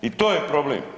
I to je problem.